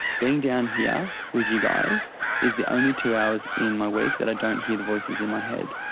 being down here with you guys is the only two hours in my week that i don't hear the voices in my head,